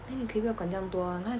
哪里可以不要管这样多